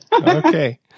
Okay